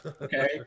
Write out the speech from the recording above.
Okay